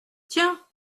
tiens